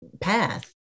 path